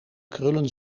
krullen